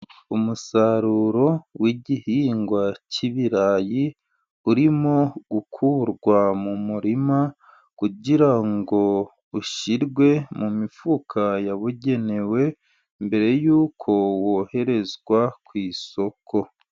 Umusaruro w'igihingwa cy'ibirayi, urimo gukurwa mu murima kugira ngo ushyirwe mu mifuka yabugenewe, mbere yuko woherezwa ku isoko.